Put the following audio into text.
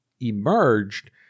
emerged